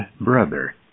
brother